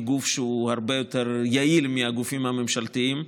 גוף שהוא הרבה יותר יעיל מהגופים הממשלתיים.